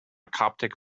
coptic